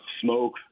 smoke